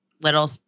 little